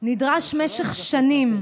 נדרש במשך שנים.